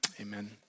amen